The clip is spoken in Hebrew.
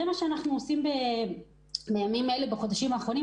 בנושא זה, וכך נעשה בחודשים האחרונים.